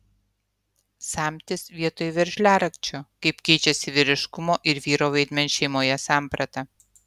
samtis vietoj veržliarakčio kaip keičiasi vyriškumo ir vyro vaidmens šeimoje samprata